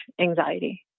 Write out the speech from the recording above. anxiety